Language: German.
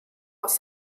aus